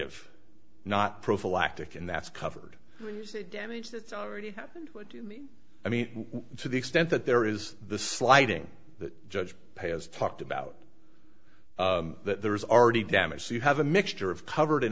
of not prophylactic and that's covered damage that's already happened i mean to the extent that there is this sliding that judge has talked about that there is already damage so you have a mixture of covered in